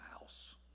house